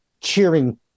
cheering